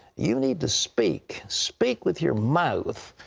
you need to speak. speak with your mouth,